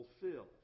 fulfilled